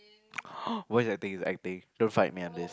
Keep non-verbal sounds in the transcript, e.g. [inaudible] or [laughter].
[noise] worst acting is acting don't fight me on this